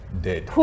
dead